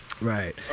Right